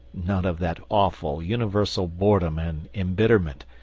none of that awful universal boredom and embitterment,